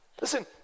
Listen